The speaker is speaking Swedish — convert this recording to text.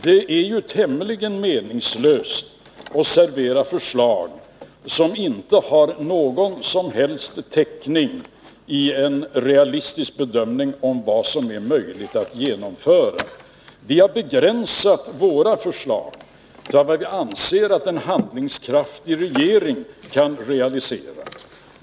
Det är ju tämligen meningslöst att servera förslag som inte har någon som helst täckning vid en realistisk bedömning av vad som är möjligt att genomföra. Vi har begränsat våra förslag till vad vi anser att en handlingskraftig regering kan realisera.